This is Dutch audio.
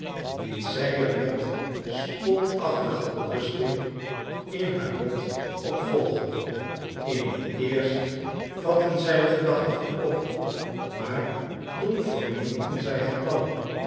liet zij er met spotachtige berusting in haar lot op volgen in het eerst vatten zij de gedachte goed op maar toen verminkten zij het plan